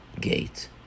gate